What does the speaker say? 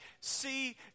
see